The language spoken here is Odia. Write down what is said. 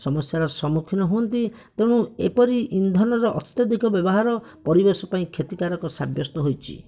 ସମସ୍ୟାର ସମ୍ମୁଖୀନ ହୁଅନ୍ତି ତେଣୁ ଏପରି ଇନ୍ଧନର ଅତ୍ୟଧିକ ବ୍ୟବହାର ପରିବେଶ ପାଇଁ କ୍ଷତିକାରକ ସାବ୍ୟସ୍ତ ହୋଇଛି